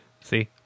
See